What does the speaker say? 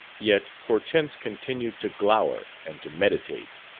yet hortense continued to glower and to meditate.